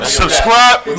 subscribe